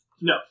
No